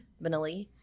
vanilla